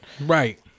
right